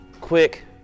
quick